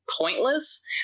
pointless